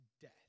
death